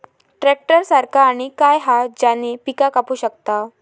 Tractor सारखा आणि काय हा ज्याने पीका कापू शकताव?